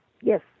Yes